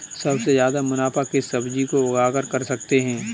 सबसे ज्यादा मुनाफा किस सब्जी को उगाकर कर सकते हैं?